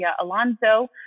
Alonso